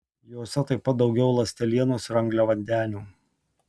jose taip pat daugiau ląstelienos ir angliavandenių